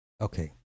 okay